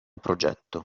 progetto